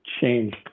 change